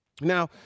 Now